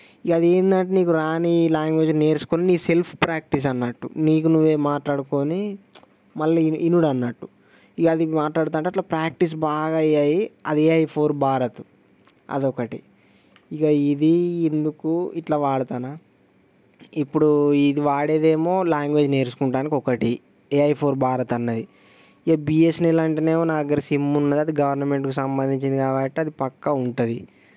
ఇంక అది ఏంటంటే నీకు రాని లాంగ్వేజ్లు నేర్చుకొని నీ సెల్ఫ్ ప్రాక్టీస్ అన్నట్టు నీకు నువ్వే మాట్లాడుకొని మళ్ళీ వినడం అన్నట్టు ఇంక అది మాట్లాడుతాంటే అట్ల ప్రాక్టీస్ బాగా అయ్యి అయ్యి అది ఏఐఫోర్ భారత్ అదొకటి ఇంక ఇది ఇందుకు ఇట్లా వాడుతున్నాను ఇప్పుడు ఇది వాడేదేమో లాంగ్వేజ్ నేర్చుకుంటానికి ఒకటి ఏఐఫోర్ భారత్ అన్నది ఇంక బిఎస్ఎన్ఎల్ అంటేనేమో నా దగ్గర సిమ్ ఉన్నది అది గవర్నమెంట్కి సంబంధించినది కాబట్టి అది పక్కా ఉంటుంది